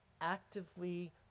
actively